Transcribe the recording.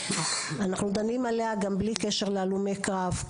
שאנחנו דנים עליה גם בלי קשר להלומי קרב,